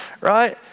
right